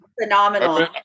phenomenal